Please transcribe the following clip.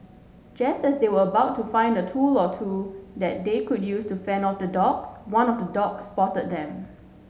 just as they were about to find a tool or two that they could use to fend off the dogs one of the dogs spotted them